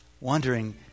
Wondering